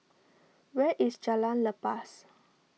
where is Jalan Lepas